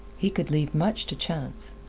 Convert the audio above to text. he could leave much to chance.